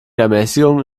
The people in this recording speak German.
ermäßigung